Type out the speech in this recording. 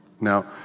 Now